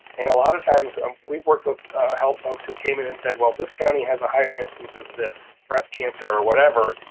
and a lot of times um we've worked with health folks who came in and said, well, this county has a higher instance of this, breast cancer or whatever,